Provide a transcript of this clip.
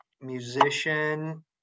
musician